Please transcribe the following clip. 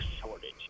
shortage